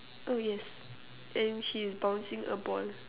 oh yes and she's bouncing a ball